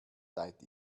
seid